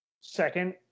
second